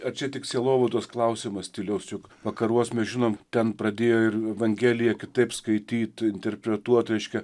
ar čia tik sielovados klausimas stiliaus juk vakaruos mes žinom ten pradėjo ir evangeliją kitaip skaityti interpretuoti reiškia